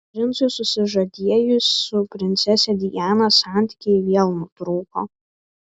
princui susižadėjus su princese diana santykiai vėl nutrūko